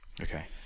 Okay